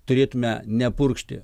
turėtume nepurkšti